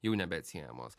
jau nebeatsiejamos